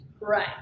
Right